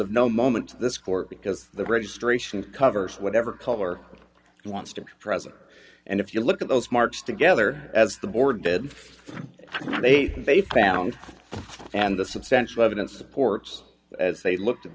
court because the registration covers whatever color wants to present and if you look at those marks together as the board did eight they found and the substantial evidence supports as they looked at